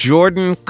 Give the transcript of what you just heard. Jordan